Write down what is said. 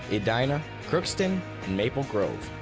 edina, crookston and maple grove.